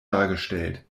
dargestellt